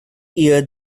year